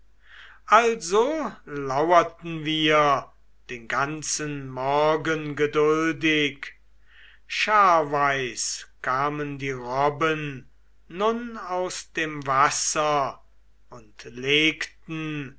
also lauerten wir den ganzen morgen geduldig scharweis kamen die robben nun aus dem wasser und legten